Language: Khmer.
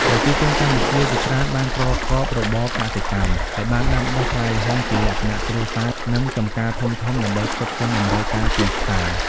ប្រជាជនកម្ពុជាជាច្រើនបានប្រកបរបរកសិកម្ម ហើយបានដាំដុះផ្លែល្ហុងជាលក្ខណៈគ្រួសារ និងចម្ការធំៗដើម្បីផ្គត់ផ្គង់តម្រូវការទីផ្សារ។